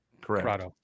correct